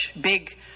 Big